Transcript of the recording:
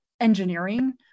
engineering